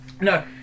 No